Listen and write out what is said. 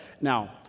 Now